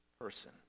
person